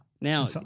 Now